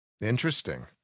Interesting